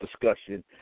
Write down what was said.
discussion